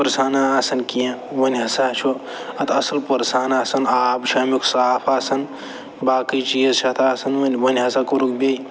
پٕرژھانہ آسان کیٚنہہ وۄنۍ ہسا چھُ اَتھ اَصٕل پٕرژھان آسان آب چھِ اَمیُک صاف آسان باقٕے چیٖز چھِ اَتھ آسان وۄنۍ وۄنۍ ہسا کوٚرُکھ بیٚیہِ